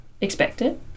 expected